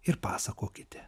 ir pasakokite